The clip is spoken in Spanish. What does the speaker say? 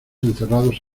encerrados